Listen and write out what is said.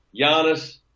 Giannis